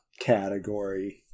category